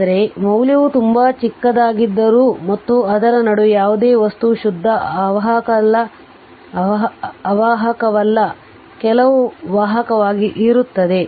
ಆದರೆ ಮೌಲ್ಯವು ತುಂಬಾ ಚಿಕ್ಕದಾಗಿದ್ದರೂ ಮತ್ತು ಅದರ ನಡುವೆ ಯಾವುದೇ ವಸ್ತುವು ಶುದ್ಧ ಅವಾಹಕವಲ್ಲ ಕೆಲವು ವಾಹಕವಾಗಿ ಇರುತ್ತದೆ